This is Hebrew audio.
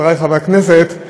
חברי חברי הכנסת,